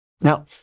Now